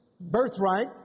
birthright